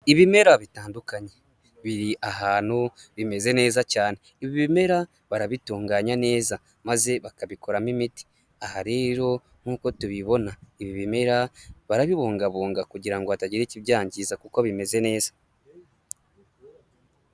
Ibimera bitandukanye, biri ahantu bimeze neza cyane, ibi bimera barabitunganya neza, maze bakabikoramo imiti. Aha rero nkuko tubibona, ibi bimera barabibungabunga kugira ngo hatagira ikibyangiza kuko bimeze neza.